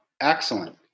excellent